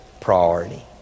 priority